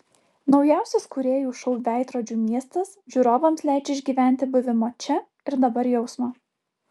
naujausias kūrėjų šou veidrodžių miestas žiūrovams leidžia išgyventi buvimo čia ir dabar jausmą